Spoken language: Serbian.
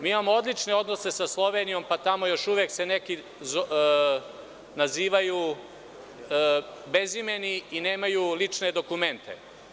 Mi imamo odlične odnose sa Slovenijom, pa tamo još uvek se neki nazivaju bezimeni i nemaju lične dokumente.